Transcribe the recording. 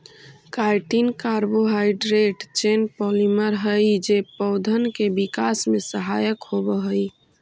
chitin carbohydrate chain polymer हई जे पौधन के विकास में सहायक होवऽ हई